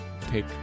take